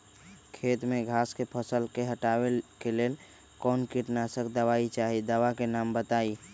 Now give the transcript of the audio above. खेत में घास के फसल से हटावे के लेल कौन किटनाशक दवाई चाहि दवा का नाम बताआई?